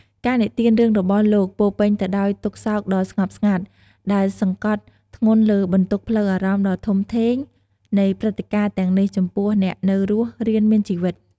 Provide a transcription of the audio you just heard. ការនិទានរឿងរបស់លោកពោរពេញទៅដោយទុក្ខសោកដ៏ស្ងប់ស្ងាត់ ដែលសង្កត់ធ្ងន់លើបន្ទុកផ្លូវអារម្មណ៍ដ៏ធំធេងនៃព្រឹត្តិការណ៍ទាំងនេះចំពោះអ្នកនៅរស់រានមានជីវិត។